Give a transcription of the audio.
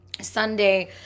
Sunday